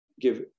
give